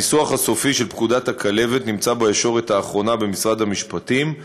הניסוח הסופי של פקודת הכלבת נמצא בישורת האחרונה במשרד המשפטים,